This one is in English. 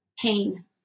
pain